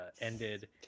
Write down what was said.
ended